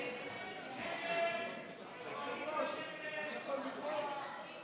היושב-ראש, אני יכול מפה?